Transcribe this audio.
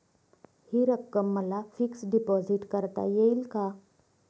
हि रक्कम मला फिक्स डिपॉझिट करता येईल का?